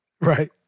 Right